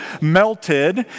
melted